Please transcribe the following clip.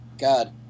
god